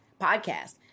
podcast